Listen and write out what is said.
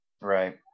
right